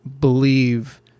believe